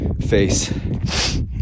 face